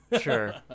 Sure